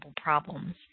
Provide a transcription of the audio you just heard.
problems